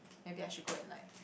maybe I should go and like